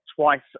twice